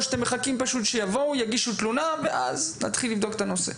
שאתם מחכים שיבואו ויגישו תלונה ואז תתחילו לבדוק את הנושא?